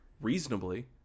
reasonably